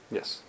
Yes